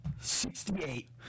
Sixty-eight